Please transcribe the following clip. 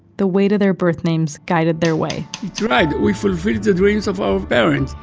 the weight of their birth names guided their way it's right, we fulfilled the dreams of our parents.